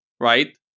right